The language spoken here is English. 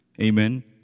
Amen